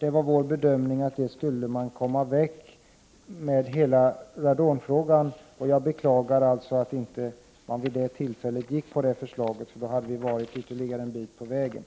Det var vår bedömning att man med det beloppet skulle komma till rätta med hela radonproblematiken. Jag beklagar att man vid det tillfället inte biföll vårt förslag. Då hade man kommit ytterligare ett stycke på vägen.